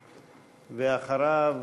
ואחריו,